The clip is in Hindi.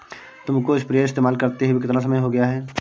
तुमको स्प्रेयर इस्तेमाल करते हुआ कितना समय हो गया है?